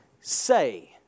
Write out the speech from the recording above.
say